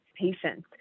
patients